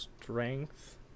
strength